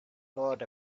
thought